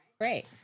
Great